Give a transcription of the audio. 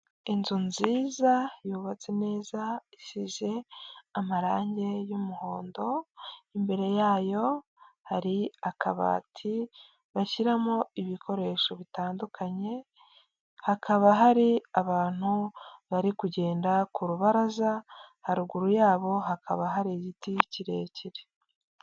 Inzu nziza yubatse neza, isize amarangi y'umuhondo, imbere yayo hari akabati bashyiramo ibikoresho bitandukanye, hakaba hari abantu bari kugenda ku rubaraza, haruguru yabo hakaba hari igiti kirekire.